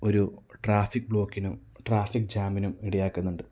ഒരു ട്രാഫിക് ബ്ലോക്കിനും ട്രാഫിക് ജാമിനും ഇടയാക്കുന്നുണ്ട്